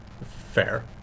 fair